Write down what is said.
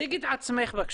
תציגי את עצמך בבקשה.